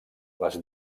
les